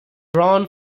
drawn